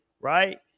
right